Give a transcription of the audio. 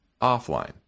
offline